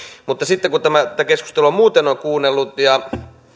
mutta sitten kun tätä keskustelua muuten on kuunnellut ja